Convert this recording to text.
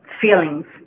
feelings